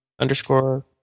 underscore